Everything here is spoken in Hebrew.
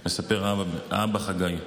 מספר האבא חגי,